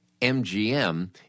MGM